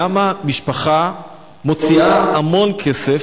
למה משפחה מוציאה המון כסף?